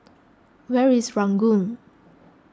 where is Ranggung